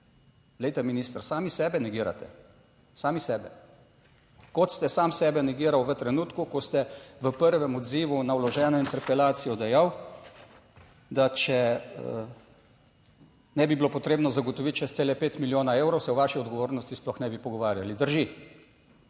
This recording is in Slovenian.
Glejte, minister, sami sebe negirate. Sami sebe. Kot ste sam sebe negiral v trenutku, ko ste v prvem odzivu na vloženo interpelacijo dejal, da če ne bi bilo potrebno zagotoviti 6,5 milijona evrov, se o vaši odgovornosti sploh ne bi pogovarjali. Drži.